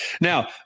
Now